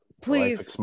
please